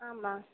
ஆமாம்